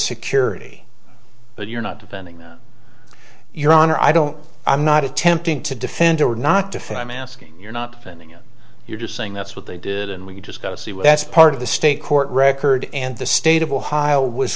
security but you're not depending on your honor i don't i'm not attempting to defend or not defend i'm asking you're not sending it you're just saying that's what they did and we just go see what that's part of the state court record and the state of ohio was